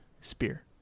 Spear